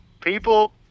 people